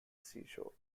seashore